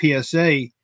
PSA